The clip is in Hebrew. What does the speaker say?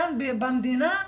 כאן במדינה,